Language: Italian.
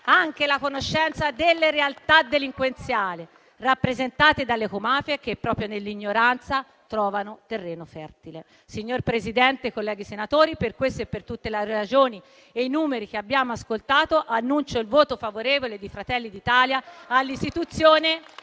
anche la conoscenza delle realtà delinquenziali rappresentate dalle ecomafie che, proprio nell'ignoranza, trovano terreno fertile. Signor Presidente, colleghi senatori, per questo e per tutte le ragioni e i numeri che abbiamo ascoltato, annuncio il voto favorevole di Fratelli d'Italia all'istituzione,